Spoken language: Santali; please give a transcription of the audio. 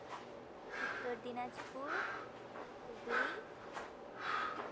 ᱩᱛᱛᱚᱨ ᱫᱤᱱᱟᱡᱽᱯᱩᱨ ᱦᱩᱜᱽᱞᱤ